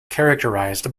characterized